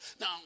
Now